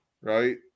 right